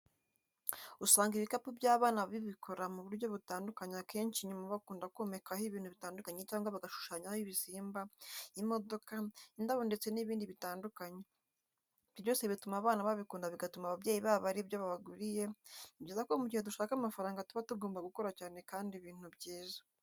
Usanga ibikapu by'abana babikora mu buryo butandukanye akenshi inyuma bakunda komekaho ibintu bitandukanye cyangwa bagashushanyaho ibisimba, imodoka, indabo ndetse n'ibindi bitandukanye, ibyo byose bituma abana babikunda bigatuma ababyeyi babo ari byo babaguriye, ni byiza ko mu gihe dushaka amafaranga tuba tugomba gukora cyane kandi ibintu byiza.